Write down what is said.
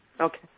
Okay